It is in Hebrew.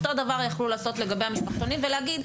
אותו דבר יכלו לעשות לגבי המשפחתונים ולהגיד,